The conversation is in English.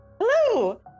Hello